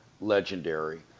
legendary